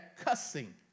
cussing